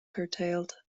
curtailed